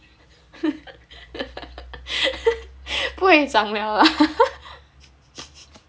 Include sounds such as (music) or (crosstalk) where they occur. (laughs) 不会长了 lah (laughs)